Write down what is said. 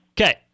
Okay